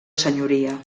senyoria